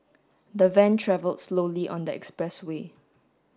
the van travel slowly on the expressway